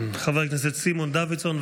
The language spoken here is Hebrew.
חבר הכנסת סימון דוידסון,